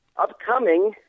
upcoming